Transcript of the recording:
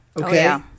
Okay